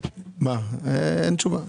אין תשובה.